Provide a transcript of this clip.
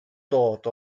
dod